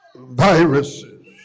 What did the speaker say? viruses